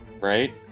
right